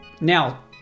Now